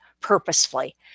purposefully